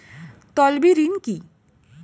তলবি ঋন কি?